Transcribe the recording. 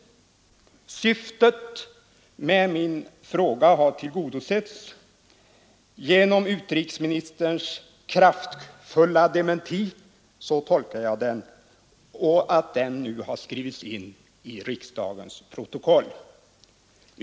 Syftet med min fråga har tillgodosetts genom att utrikesministerns kraftfulla dementi — så tolkar jag den — har skrivits in i riksdagens protokoll.